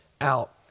out